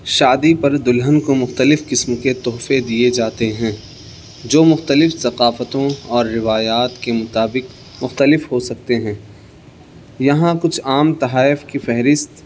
شادی پر دلہن کو مختلف قسم کے تحفے دیے جاتے ہیں جو مختلف ثقافتوں اور روایات کے مطابق مختلف ہو سکتے ہیں یہاں کچھ عام تحائف کی فہرست